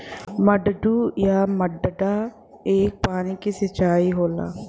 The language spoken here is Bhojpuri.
मड्डू या मड्डा एक पानी क सिंचाई होला